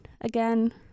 again